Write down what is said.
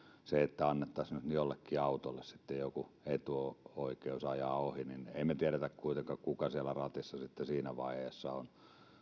vaikka nyt annettaisiin jollekin autolle sitten joku etuoikeus ajaa ohi niin emme me tiedä kuitenkaan kuka siellä ratissa sitten siinä vaiheessa on